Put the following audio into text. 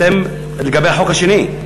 אתם לגבי החוק השני.